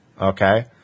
Okay